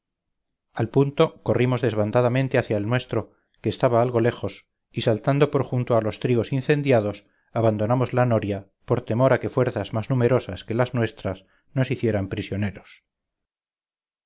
al punto corrimos desbandamente hacia el nuestro que estaba algo lejos y saltando por junto a los trigos incendiados abandonamos la noria por temor a que fuerzas más numerosas que las nuestras nos hicieran prisioneros